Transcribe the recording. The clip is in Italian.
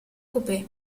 coupé